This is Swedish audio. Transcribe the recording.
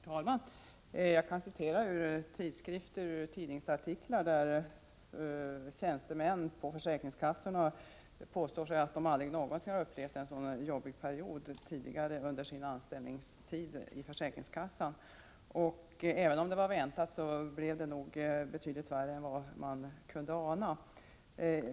Herr talman! Jag kan citera ur tidskrifter och tidningsartiklar där tjänstemän på försäkringskassorna påstår sig aldrig någonsin ha upplevt en så arbetsam period tidigare under sin anställningstid vid försäkringskassan. Även om det var väntat, blev situationen nog betydligt värre än man kunde ana.